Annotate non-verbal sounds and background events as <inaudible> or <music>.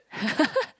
<laughs>